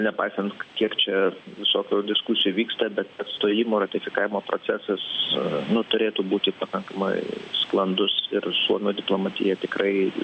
nepaisant kiek čia visokių diskusijų vyksta bet stojimo ratifikavimo procesas nu turėtų būti pakankamai sklandus ir suomių diplomatija tikrai